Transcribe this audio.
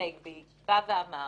הנגב בא ואמר